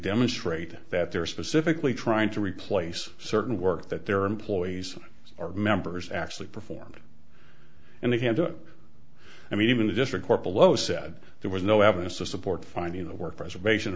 demonstrate that they're specifically trying to replace certain work that their employees or members actually performed and they can do it i mean even the district court below said there was no evidence to support finding the work preservation